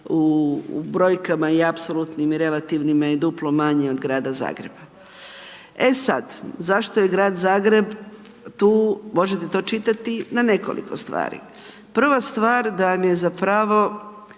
u brojkama u apsolutnim i relativnim i duplo manje od Grada Zagreba. E sad, zašto je Grad Zagreb tu, možete to čitati na nekoliko stvari. Prva stvar da vam je zapravo